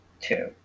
two